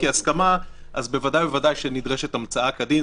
כהסכמה אז בוודאי ובוודאי שנדרשת המצאה כדין.